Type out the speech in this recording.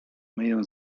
myję